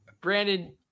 Brandon